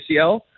ACL